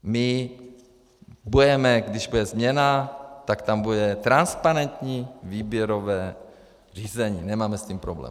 My budeme, když bude změna, tak tam bude transparentní výběrové řízení, nemáme s tím problém.